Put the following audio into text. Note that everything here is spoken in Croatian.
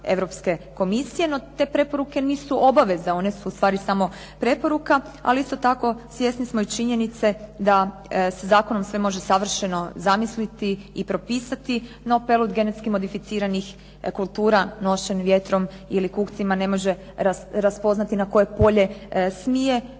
Europske Komisije, no te preporuke nisu obaveza, one su ustvari samo preporuka, ali isto tako svjesni smo i činjenice da se zakonom sve može savršeno zamisliti i propisati. No pelud genetski modificiranih kultura nošen vjetrom ili kukcima ne može raspoznati na koje polje smije,